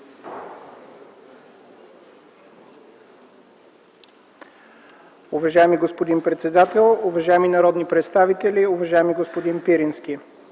Уважаеми господин председател, уважаеми народни представители, уважаеми господин Пирински!